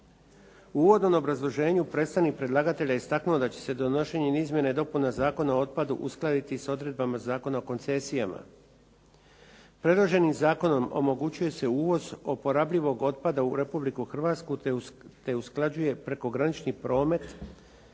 U uvodnom obrazloženju predstavnik predlagatelja istaknuo je da će se donošenjem Izmjenama i dopunama Zakona o otpadu uskladiti sa odredbama Zakona o koncesijama. Predloženim zakonom omogućuje se uvoz oporabljivog otpada u Republiku Hrvatsku te usklađuje prekogranični promet